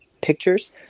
pictures